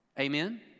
amen